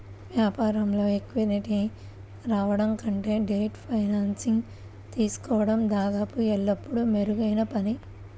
వ్యాపారంలో ఈక్విటీని ఇవ్వడం కంటే డెట్ ఫైనాన్సింగ్ తీసుకోవడం దాదాపు ఎల్లప్పుడూ మెరుగైన పని